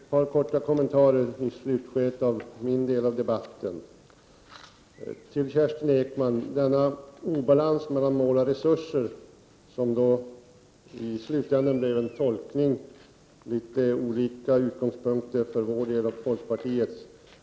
Fru talman! Jag vill ge ett par korta kommentarer i slutskedet av min del av debatten. Kerstin Ekman talade om obalansen mellan mål och resurser. Detta kom i slutänden att bli en tolkningsfråga i vilken vi och folkpartiet hade litet olika utgångspunkter.